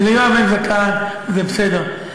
ליואב אין זקן, וזה בסדר.